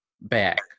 back